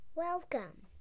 Welcome